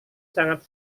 sangat